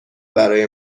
برای